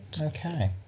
Okay